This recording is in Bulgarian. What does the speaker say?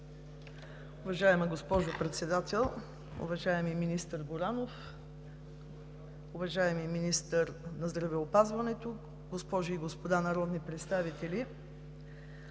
Уважаема госпожо Председател, уважаеми министър Горанов, уважаеми Министър на здравеопазването, госпожи и господа народни представители!